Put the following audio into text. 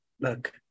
look